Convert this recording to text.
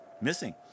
missing